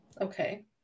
Okay